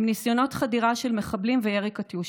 עם ניסיונות חדירה של מחבלים וירי קטיושות.